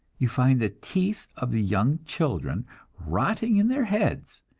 you find the teeth of the young children rotting in their heads,